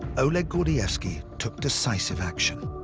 oleg gordievsky took decisive action.